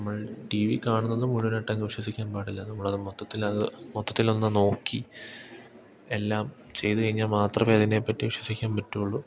നമ്മൾ TV കാണുന്നതും മുഴുവനായിട്ടങ്ങ് വിശ്വസിക്കാൻ പാടില്ല നമ്മളത് മൊത്തത്തിലത് മൊത്തത്തിലൊന്ന് നോക്കി എല്ലാം ചെയ്തു കഴിഞ്ഞാൽ മാത്രമേ അതിനെപ്പറ്റി വിശ്വസിക്കാൻ പറ്റുകയുള്ളൂ